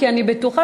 כי אני בטוחה,